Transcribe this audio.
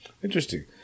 Interesting